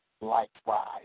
likewise